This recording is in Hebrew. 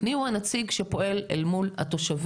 מי הוא הנציג שפועל אל מול התושבים,